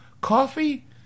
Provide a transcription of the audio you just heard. coffee